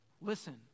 listen